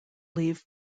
leave